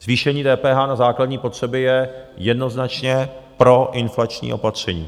Zvýšení DPH na základní potřeby je jednoznačně proinflační opatření.